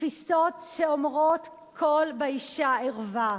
תפיסות שאומרות "קול באשה ערווה".